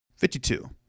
52